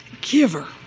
giver